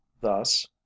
thus